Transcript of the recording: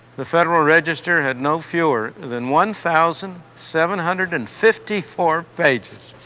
the federal register had no fewer than one thousand seven hundred and fifty four pages